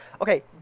Okay